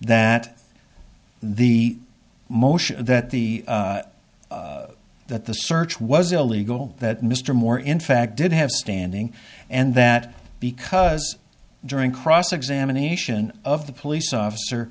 that the motion that the that the search was illegal that mr moore in fact did have standing and that because during cross examination of the police officer